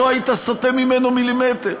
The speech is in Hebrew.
שלא היית סוטה ממנו מילימטר.